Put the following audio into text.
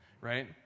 right